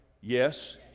yes